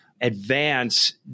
advance